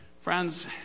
Friends